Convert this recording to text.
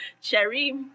Cherry